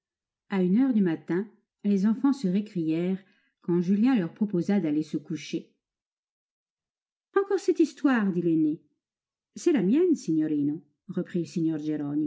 a une heure du matin les enfants se récrièrent quand julien leur proposa d'aller se coucher encore cette histoire dit l'aîné c'est la mienne signorino reprit